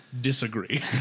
disagree